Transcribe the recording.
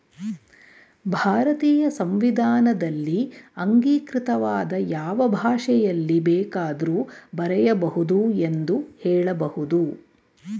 ಭಾರತೀಯ ಸಂವಿಧಾನದಲ್ಲಿ ಅಂಗೀಕೃತವಾದ ಯಾವ ಭಾಷೆಯಲ್ಲಿ ಬೇಕಾದ್ರೂ ಬರೆಯ ಬಹುದು ಎಂದು ಹೇಳಬಹುದು